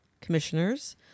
commissioners